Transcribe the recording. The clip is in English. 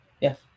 Yes